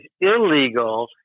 illegal